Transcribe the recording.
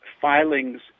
filings